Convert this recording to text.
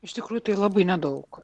iš tikrųjų tai labai nedaug